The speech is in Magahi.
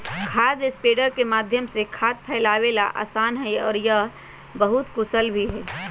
खाद स्प्रेडर के माध्यम से खाद फैलावे ला आसान हई और यह बहुत कुशल भी हई